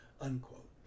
unquote